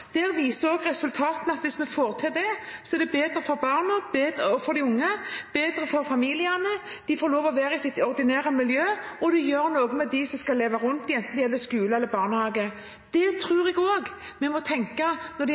viser også resultatene at hvis vi får til det, er det bedre for barna og for de unge og bedre for familiene. De får lov til å være i sitt ordinære miljø. Det gjør noe med dem som skal leve rundt dem, enten det gjelder skole eller barnehage. Det tror jeg også vi må tenke når